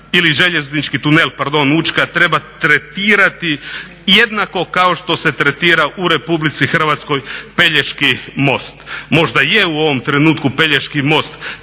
ili željeznički tunel, pardon Učka treba tretirati jednako kao što se tretira u Republici Hrvatskoj Pelješki most. Možda je u ovom trenutku Pelješki most